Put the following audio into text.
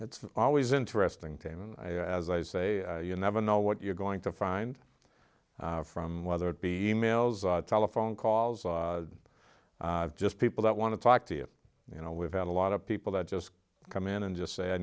it's always interesting to me and i as i say you never know what you're going to find from whether it be e mails and telephone calls just people that want to talk to you you know we've had a lot of people that just come in and just say i